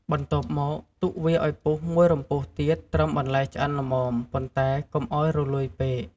បន្ទាប់មកទុកវាឲ្យពុះមួយរំពុះទៀត ត្រឹមបន្លែឆ្អិនល្មម ប៉ុន្តែកុំឲ្យរលួយពេក។